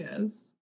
yes